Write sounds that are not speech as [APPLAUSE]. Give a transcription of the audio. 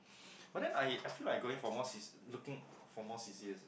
[BREATH] but then I I feel like going for more looking for more C_C_As